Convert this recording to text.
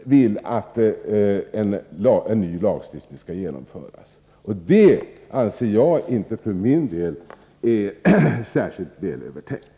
Det anser jag för min del inte vara särskilt välövertänkt.